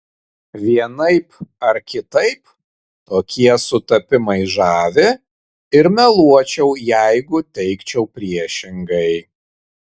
vienaip ar kitaip tokie sutapimai žavi ir meluočiau jeigu teigčiau priešingai